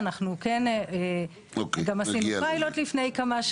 אני יודעת שהיא מאוד מעניינת,